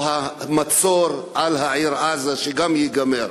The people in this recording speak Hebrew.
או המצור על העיר עזה, שגם ייגמר.